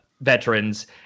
veterans